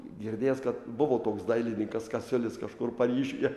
girdėjęs kad buvo toks dailininkas kasiulis kažkur paryžiuje